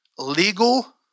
Legal